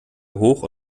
hoch